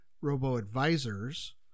robo-advisors